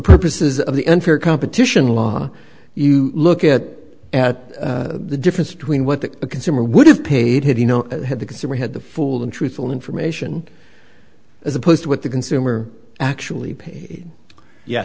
purposes of the unfair competition law you look at at the difference between what the consumer would have paid had you know had the consumer had the full and truthful information as opposed to what the consumer actually paid ye